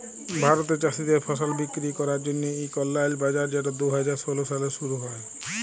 ভারতে চাষীদের ফসল বিক্কিরি ক্যরার জ্যনহে ইক অললাইল বাজার যেট দু হাজার ষোল সালে শুরু হ্যয়